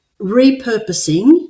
repurposing